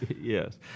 Yes